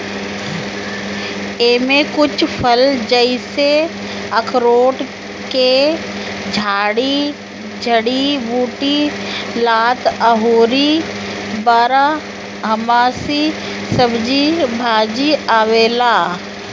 एमे कुछ फल जइसे अखरोट के झाड़ी, जड़ी बूटी, लता अउरी बारहमासी सब्जी भाजी आवेला